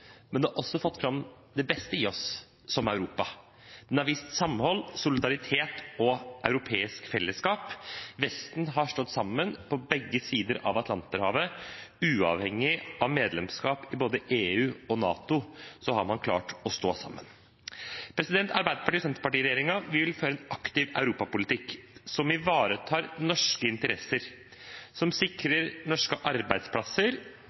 men det har også fått fram det beste i oss, som Europa. Man har vist samhold, solidaritet og europeisk fellesskap. Vesten har stått sammen på begge sider av Atlanterhavet – uavhengig av medlemskap i både EU og NATO har man klart å stå sammen. Arbeiderparti–Senterparti-regjeringen vil føre en aktiv europapolitikk som ivaretar norske interesser, som sikrer norske arbeidsplasser,